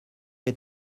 est